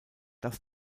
das